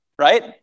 right